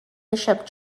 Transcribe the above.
bishop